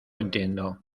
entiendo